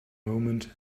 moment